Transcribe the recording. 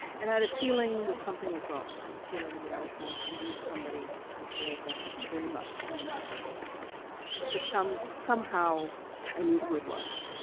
and i had a feeling that something was wrong. i had a feeling that was about to lose somebody i cared about very much and for some, somehow i knew who it was.